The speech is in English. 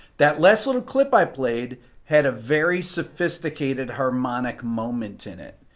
that less little clip i played had a very sophisticated harmonic moment in it.